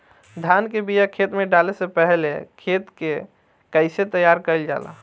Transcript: धान के बिया खेत में डाले से पहले खेत के कइसे तैयार कइल जाला?